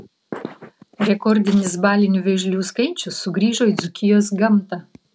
rekordinis balinių vėžlių skaičius sugrįžo į dzūkijos gamtą